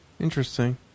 Interesting